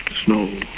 Snow